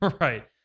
right